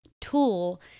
tool